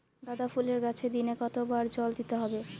গাদা ফুলের গাছে দিনে কতবার জল দিতে হবে?